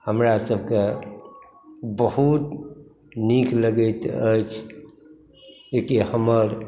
हमरासभके बहुत नीक लगैत अछि जे कि हमर